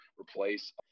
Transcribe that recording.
replace